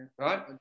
right